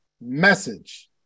message